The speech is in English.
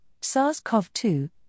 SARS-CoV-2